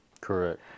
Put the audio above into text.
Correct